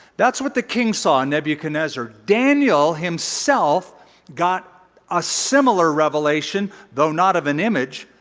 that's what the king saw, nebuchadnezzar. daniel himself got a similar revelation, though not of an image,